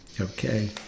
Okay